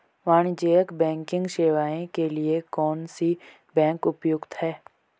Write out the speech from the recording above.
वाणिज्यिक बैंकिंग सेवाएं के लिए कौन सी बैंक उपयुक्त है?